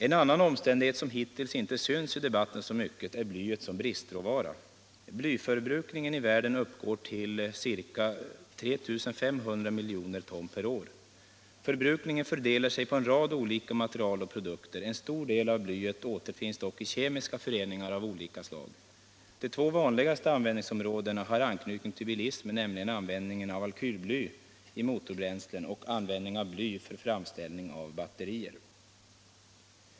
En annan omständighet som hittills inte synts så mycket i debatten är blyet som bristråvara. Blyförbrukningen i världen uppgår till ca 3 500 miljoner ton per år. Förbrukningen fördelar sig på en rad olika material och produkter. En stor del av blyet återfinns dock i kemiska föreningar av olika slag. De två vanligaste användningsområdena har anknytning till bilismen, nämligen användningen av alkylbly i motorbränslen och användningen av bly för framställning av batterier.